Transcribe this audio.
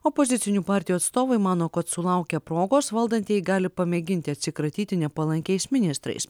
opozicinių partijų atstovai mano kad sulaukę progos valdantieji gali pamėginti atsikratyti nepalankiais ministrais